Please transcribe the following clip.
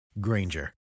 Granger